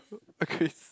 o~ okays